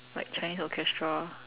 like Chinese orchestra